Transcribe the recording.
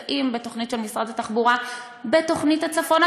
נמצא בתוכנית של משרד התחבורה בתוכנית הצפון.